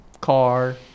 Car